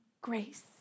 grace